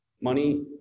money